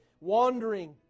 wandering